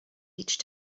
each